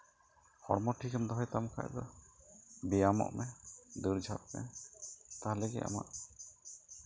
ᱦᱚᱲᱢᱚ ᱴᱷᱤᱠᱮᱢ ᱫᱚᱦᱚᱭ ᱛᱟᱢ ᱠᱷᱟᱡ ᱫᱚ ᱵᱮᱭᱟᱢᱚᱜ ᱢᱮ ᱫᱟᱹᱲ ᱡᱷᱟᱯ ᱢᱮ ᱛᱟᱦᱚᱞᱮ ᱜᱮ ᱟᱢᱟᱜ